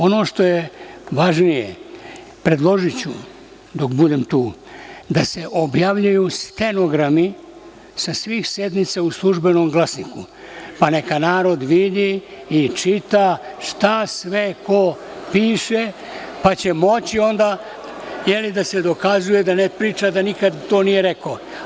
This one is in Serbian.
Ono što je važnije, predložiću dok budem tu, da se objavljuju stenogrami sa svih sednica u „Službenom glasniku“, pa neka narod vidi i čita šta sve ko piše, pa će moći onda da se dokazuje da ne priča da nikada to nije rekao.